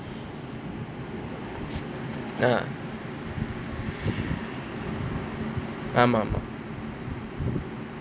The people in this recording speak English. ah ஆமா ஆமா:aamaa aamaa